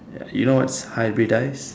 ya you know what's hybridise